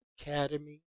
Academy